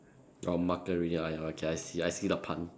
orh I okay I see I see the pun